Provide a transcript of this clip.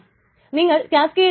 ആ അപേക്ഷ നിരാകരിക്കപ്പെടും